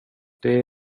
det